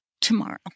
tomorrow